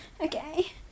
okay